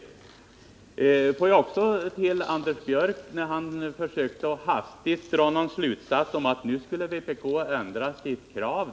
Anders Björck försökte hastigt dra slutsatsen att vpk nu skall ändra sitt krav.